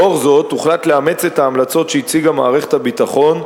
לאור זאת הוחלט לאמץ את ההמלצות שהציגה מערכת הביטחון,